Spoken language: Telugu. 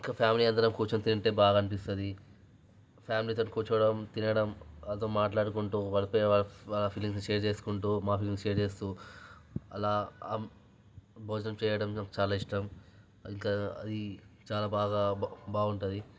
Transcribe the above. ఇంక ఫ్యామిలీ అందరం కూర్చోని తింటే బాగా అనిపిస్తుంది ఫ్యామిలీతోటి కూర్చోవడం తినడం వాళ్ళతోటి మాట్లాడుకుంటూ వాళ్ళ ఫీ వాళ్ళ ఫీలింగ్స్ షేర్ చేసుకుంటూ మా ఫీలింగ్స్ షేర్ చేస్తూ అలా భోజనం చేయడం నాకు చాలా ఇష్టం ఇంక అది చాలా బాగా బా బాగుంటుంది